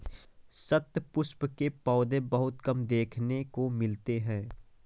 शतपुष्प के पौधे बहुत कम देखने को मिलते हैं